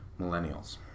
millennials